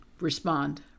respond